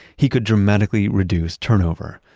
he could dramatically reduce turnover,